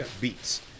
beats